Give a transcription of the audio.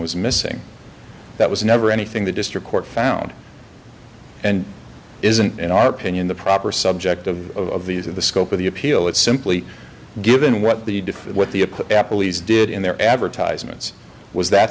was missing that was never anything the district court found and isn't in our opinion the proper subject of of these of the scope of the appeal it's simply given what the different what the a police did in their advertisements was that